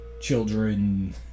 children